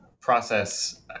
process